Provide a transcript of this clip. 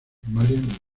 marian